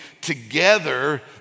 together